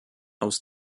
aus